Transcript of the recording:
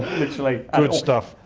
literally. um good stuff.